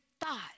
thought